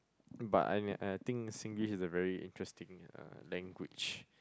but I and I think Singlish is a very interesting uh language